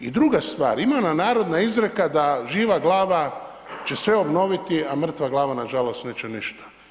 I druga stvar, ima ona narodna izreka da živa glava će sve obnoviti, a mrtva glava nažalost neće ništa.